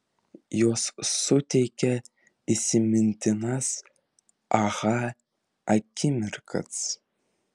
jos suteikia įsimintinas aha akimirkas